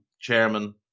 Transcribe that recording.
chairman